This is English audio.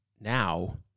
now